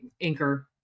anchor